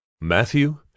Matthew